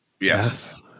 Yes